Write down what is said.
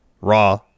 Raw